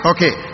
Okay